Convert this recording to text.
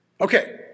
Okay